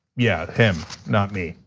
yeah, him, not me,